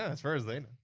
ah as far as they